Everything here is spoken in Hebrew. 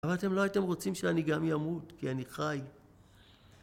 אבל אתם לא הייתם רוצים שאני גם ימות, כי אני חי.